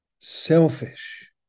selfish